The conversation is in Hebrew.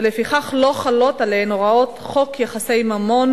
ולפיכך לא חלות עליהן הוראות חוק יחסי ממון